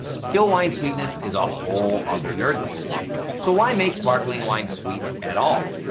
still wine sweetness is a whole other nerd lab. yeah, stupid. so why make sparkling wine sweet at all?